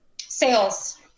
Sales